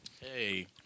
Hey